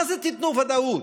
מה זה "תיתנו ודאות"?